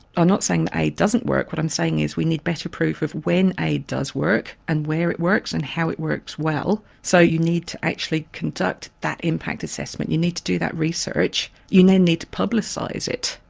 i'm not saying that aid doesn't work, what i'm saying is we need better proof of when aid does work and where it works and how it works well, so you need to actually conduct that impact assessment, you need to do that research. you then need to publicise it.